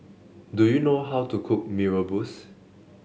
do you know how to cook Mee Rebus